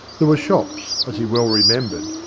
there were shops, as he well remembered,